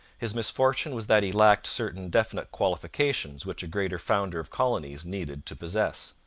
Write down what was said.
his misfortune was that he lacked certain definite qualifications which a greater founder of colonies needed to possess.